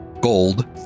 gold